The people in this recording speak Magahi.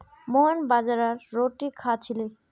मोहन बाजरार रोटी खा छिले